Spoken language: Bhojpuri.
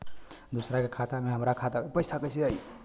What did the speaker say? दूसरा के खाता से हमरा खाता में पैसा कैसे आई?